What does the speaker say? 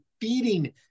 feeding